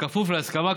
בכפוף להסכמה,